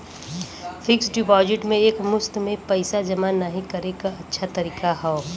fixed deposit में एक मुश्त में पइसा जमा नाहीं करे क अच्छा तरीका हौ